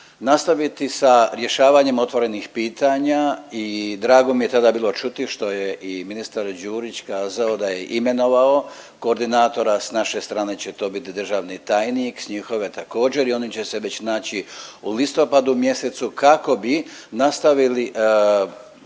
nastaviti sa rješavanjem otvorenih pitanja i drago mi je tada bilo čuti što je i ministar Đurić kazao da je imenovao koordinatora. Sa naše strane će to biti državni tajni, sa njihove također i oni će se već naći u listopadu mjesecu kako bi nastavili,